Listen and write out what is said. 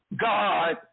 God